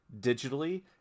digitally